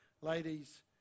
Ladies